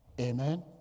amen